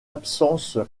absences